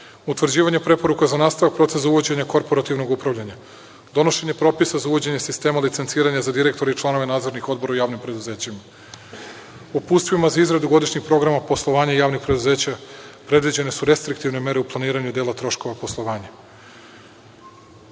utvrđivanje preporuka za nastavak procesa uvođenja korporativnog upravljanja, donošenje propisa za uvođenje sistema licenciranja za direktore i članove nadzornih odbora u javnim preduzećima. Uputstvima za izradu godišnjeg programa poslovanja javnih preduzeća predviđene su restriktivne mere u planiranju dela troškova poslovanja. Trenutno